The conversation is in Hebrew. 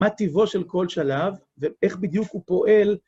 מה טיבו של כל שלב ואיך בדיוק הוא פועל.